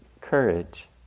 courage